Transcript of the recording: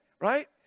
Right